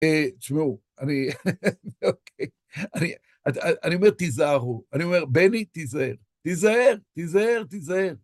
תשמעו, אני אומר תיזהרו, אני אומר בני תיזהר, תיזהר, תיזהר, תיזהר.